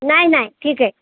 नाही नाही ठीक आहे